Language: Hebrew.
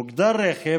מוגדר רכב,